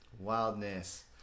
Wildness